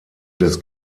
des